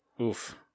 Oof